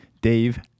Dave